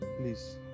please